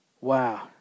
Wow